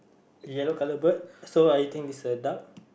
yellow colour bird so I think it's a duck